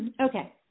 Okay